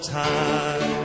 time